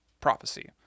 prophecy